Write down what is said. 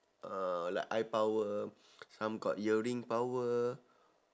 uh like eye power some got hearing power